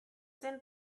den